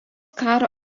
karo